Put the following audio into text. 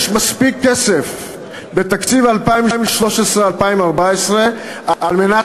יש מספיק כסף בתקציב 2013 2014 על מנת